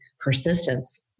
persistence